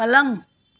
पलंग